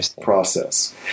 process